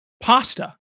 pasta